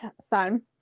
son